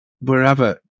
wherever